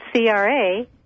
CRA